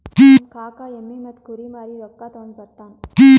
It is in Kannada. ನಮ್ ಕಾಕಾ ಎಮ್ಮಿ ಮತ್ತ ಕುರಿ ಮಾರಿ ರೊಕ್ಕಾ ತಗೊಂಡ್ ಬರ್ತಾನ್